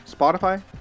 Spotify